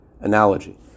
analogy